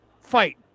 fight